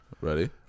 Ready